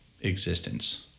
existence